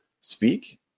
speak